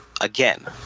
again